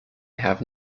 have